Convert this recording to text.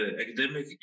academic